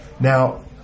Now